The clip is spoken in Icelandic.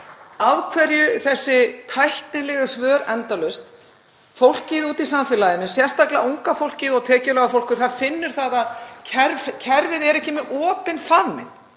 Af hverju þessi tæknilegu svör endalaust? Fólkið úti í samfélaginu, sérstaklega unga fólkið og tekjulága fólkið, finnur að kerfið er ekki með opinn faðminn.